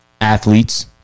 Athletes